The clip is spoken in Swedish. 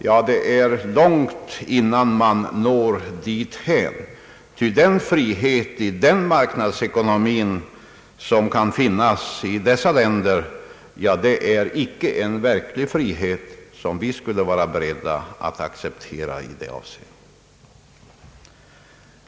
Men det är långt innan de når dithän, ty den frihet som kan finnas i marknadsekonomin i dessa länder är icke en verklig frihet som vi skulle vara beredda att acceptera.